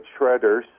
shredders